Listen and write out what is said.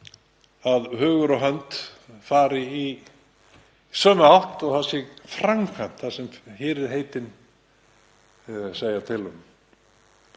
að hugur og hönd fari í sömu átt og það sé framkvæmt það sem fyrirheitin segja til um.